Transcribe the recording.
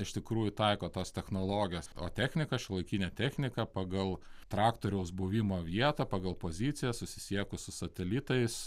iš tikrųjų taiko tas technologijas o techniką šiuolaikinę techniką pagal traktoriaus buvimo vietą pagal poziciją susisiekus su satelitais